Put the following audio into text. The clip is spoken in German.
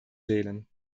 wählen